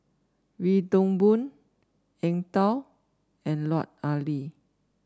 Wee Toon Boon Eng Tow and Lut Ali